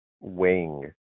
wing